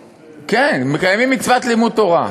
כן, מקיימים מצוות לימוד תורה.